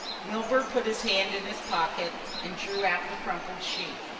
milburgh put his hand in his pocket and drew out the crumpled sheet.